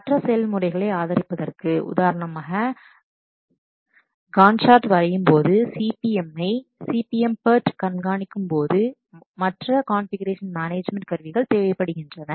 மற்ற செயல்முறைகளை ஆதரிப்பதற்கு உதாரணமாக காண்ட் சார்ட் வரையும்போது CPM ஐ CPM PERT கண்காணிக்கும் போது மற்ற கான்ஃபிகுரேஷன் மேனேஜ்மென்ட் கருவிகள் தேவைப்படுகின்றன